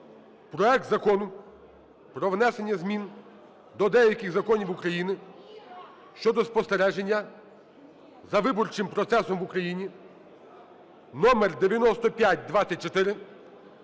проект Закону про внесення змін до деяких законів України щодо спостереження за виборчим процесом в Україні (номер 9524)